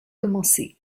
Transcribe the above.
commencée